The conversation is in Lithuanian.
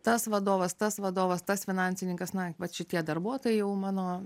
tas vadovas tas vadovas tas finansininkas na vat šitie darbuotojai jau mano